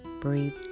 Breathe